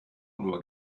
nur